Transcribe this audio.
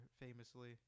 famously